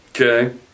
okay